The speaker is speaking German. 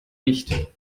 nicht